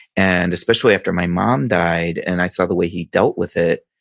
and especially after my mom died, and i saw the way he dealt with it.